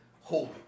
holy